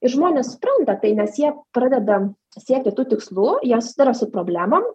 ir žmonės supranta tai nes jie pradeda siekti tų tikslų jie susiduria su problemom